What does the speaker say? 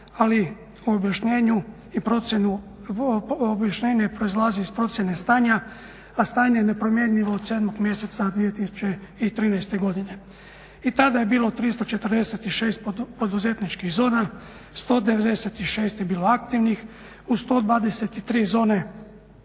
ali objašnjenje proizlazi iz procjene stanja, a stanje je nepromjenjivo od 7. mjeseca 2013. godine. I tada je bilo 346 poduzetničkih zona, 196 je bilo aktivnih, u 123 zone